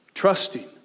Trusting